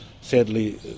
Sadly